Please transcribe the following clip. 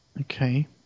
Okay